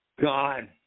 God